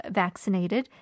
vaccinated